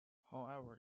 however